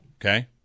Okay